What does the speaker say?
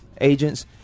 agents